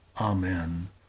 amen